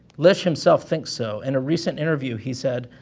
lish himself think so in a recent interview, he said,